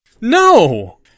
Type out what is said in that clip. No